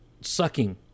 sucking